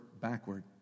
backward